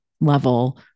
level